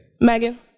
Megan